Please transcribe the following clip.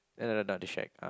uh no no not the shack uh